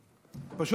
תקשוב,